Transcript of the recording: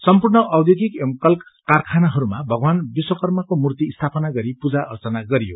सम्पूर्ण औध्योगिक एव कल कारखानाहरूमा साना दूला भगवान विश्वकर्माको मूर्ति स्थापना गरि पूजा अर्चना गरियो